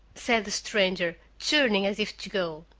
said the stranger, turning as if to go.